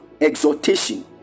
exhortation